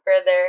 further